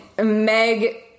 Meg